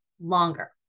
longer